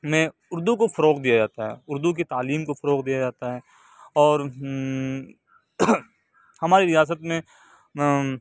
میں اردو کو فروغ دیا جاتا ہے اردو کی تعلیم کو فروغ دیا جاتا ہے اور ہماری ریاست میں